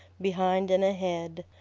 behind and ahead.